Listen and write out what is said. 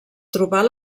trobar